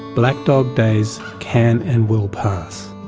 black dog days can and will pass.